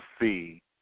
see